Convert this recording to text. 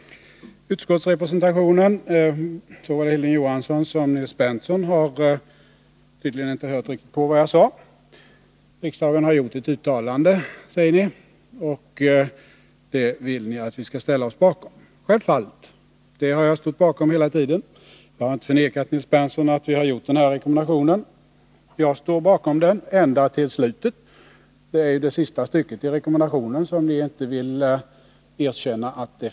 När det gäller utskottsrepresentationen har tydligen varken Hilding Johansson eller Nils Berndtson riktigt hört på vad jag sade. Ni säger att riksdagen har gjort ett uttalande, och ni vill att vi skall ställa oss bakom det. Självfallet — det har jag stått bakom hela tiden. Jag har inte, Nils Berndtson, förnekat att vi har gjort denna rekommendation. Jag står bakom den ända till slutet. Men ni vill inte erkänna att det sista stycket i rekommendationen existerar.